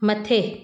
मथे